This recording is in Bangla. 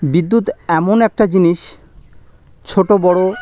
বিদ্যুৎ এমন একটা জিনিস ছোট বড়